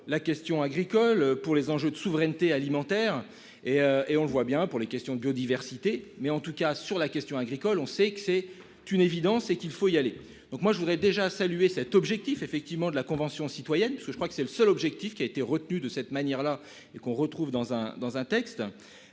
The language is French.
la question agricole pour les enjeux de souveraineté alimentaire et et on le voit bien pour les questions de biodiversité. Mais en tout cas sur la question agricole, on sait que c'est t'une évidence et qu'il faut y aller. Donc moi je voudrais déjà salué cet objectif effectivement de la Convention citoyenne parce que je crois que c'est le seul objectif qui a été retenu de cette manière-là et qu'on retrouve dans un,